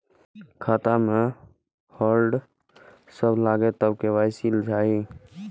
खाता में होल्ड सब लगे तब के.वाई.सी चाहि?